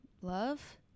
Love